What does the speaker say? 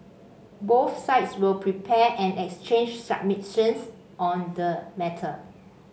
both sides will prepare and exchange submissions on the matter